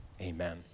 Amen